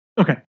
Okay